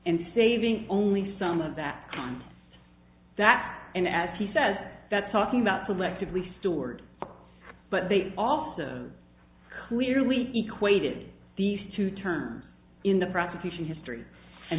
and saving only some of that on that and as he says that talking about selectively stored but they also clearly equated these two terms in the prosecution history and